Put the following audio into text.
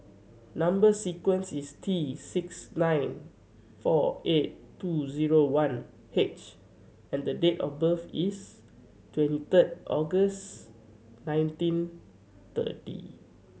number sequence is T six nine four eight two zero one H and the date of birth is twenty third August nineteen thirty